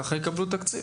ככה הם יקבלו תקציב.